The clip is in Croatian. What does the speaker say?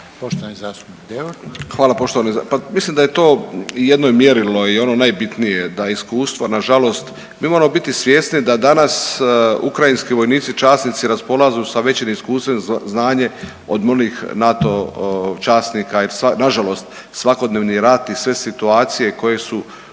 **Deur, Ante (HDZ)** Hvala poštovani, pa mislim da je to i jedno mjerilo i ono najbitnije da iskustvo nažalost, mi moramo biti svjesni da danas ukrajinski vojnici, časnici, raspolažu sa većim iskustvom, znanje od onih NATO časnika i nažalost svakodnevni rat i sve situacije koje su